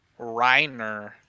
reiner